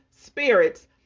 spirits